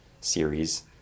series